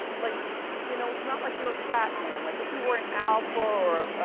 like you know it's not like you're a frat man. like if you were an alpha or